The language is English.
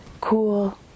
cool